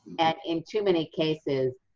and too many cases,